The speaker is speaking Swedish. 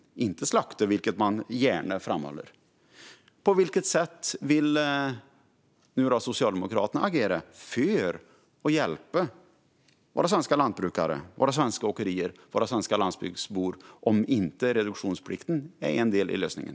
Vi vill inte slakta den, vilket man gärna vill få det att låta som. På vilket sätt vill Socialdemokraterna agera för att hjälpa våra svenska lantbrukare, våra svenska åkerier och våra svenska landsbygdsbor om reduktionsplikten inte är en del av lösningen?